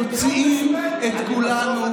מוציאים את כולנו